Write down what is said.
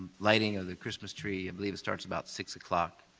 lighting of the christmas tree, i believe it starts about six like